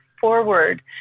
forward